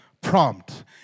prompt